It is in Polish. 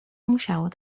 musiało